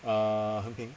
uh